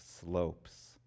slopes